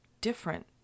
different